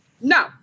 No